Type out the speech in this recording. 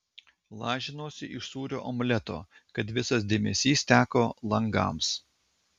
lažinuosi iš sūrio omleto kad visas dėmesys teko langams